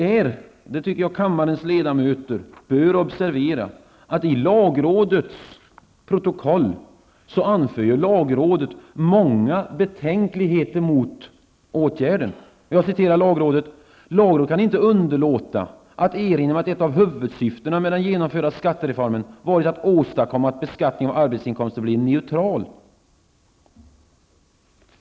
Och jag tycker att kammarens ledamöter bör observera att lagrådet i sitt protokoll anför många betänkligheter mot åtgärderna. Jag citerar ur lagrådets protokoll: ''Lagrådet kan inte underlåta att i detta sammanhang erinra om att ett av huvudsyftena med den just genomförda skattereformen varit att åstadkomma att beskattningen av arbetsinkomster blir neutral --.''